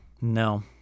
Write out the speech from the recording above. No